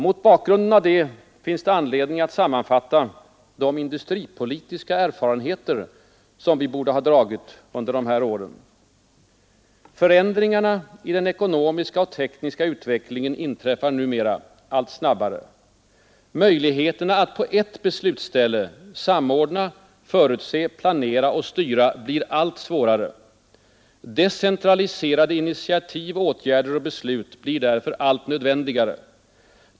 Mot bakgrunden av detta finns det anledning att sammanfatta de industripolitiska erfarenheter som vi borde ha gjort under de här åren: Förändringarna i den ekonomiska och tekniska utvecklingen inträffar numera allt snabbare. Möjligheterna att på ett beslutsställe samordna, förutse, planera och styra blir alltmer försvårade. Decentraliserade initiativ, åtgärder och beslut blir därför allt nödvändigare.